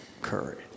courage